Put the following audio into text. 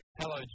Hello